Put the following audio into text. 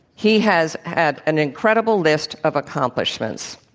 he has had an incredible list of accomplishments.